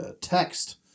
text